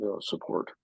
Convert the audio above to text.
support